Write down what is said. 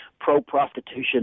pro-prostitution